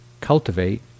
cultivate